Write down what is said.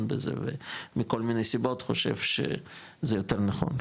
בזה ומכל מיני סיבות חושב שזה יותר נכון.